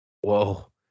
whoa